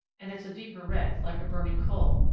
and it's a deeper red. like a burning coal,